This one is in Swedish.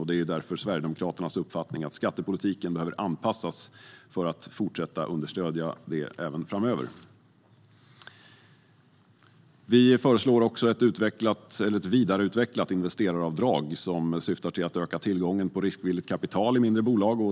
Det är därför Sverigedemokraternas uppfattning att skattepolitiken behöver anpassas för att fortsätta att understödja denna även framöver. Vi föreslår ett vidareutvecklat investeraravdrag, som syftar till att öka tillgången på riskvilligt kapital i mindre bolag.